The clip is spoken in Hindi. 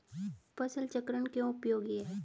फसल चक्रण क्यों उपयोगी है?